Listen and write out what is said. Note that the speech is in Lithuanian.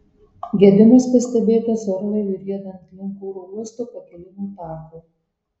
gedimas pastebėtas orlaiviui riedant link oro uosto pakilimo tako